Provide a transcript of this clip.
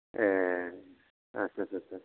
ए आस्सा सा सा सा